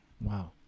Wow